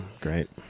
great